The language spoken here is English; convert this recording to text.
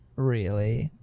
really?